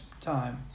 time